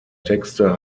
texte